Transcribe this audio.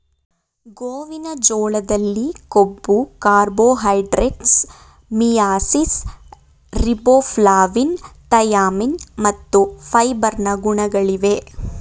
ಗೋವಿನ ಜೋಳದಲ್ಲಿ ಕೊಬ್ಬು, ಕಾರ್ಬೋಹೈಡ್ರೇಟ್ಸ್, ಮಿಯಾಸಿಸ್, ರಿಬೋಫ್ಲಾವಿನ್, ಥಯಾಮಿನ್ ಮತ್ತು ಫೈಬರ್ ನ ಗುಣಗಳಿವೆ